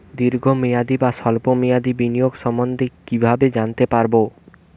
দীর্ঘ মেয়াদি বা স্বল্প মেয়াদি বিনিয়োগ সম্বন্ধে কীভাবে জানতে পারবো?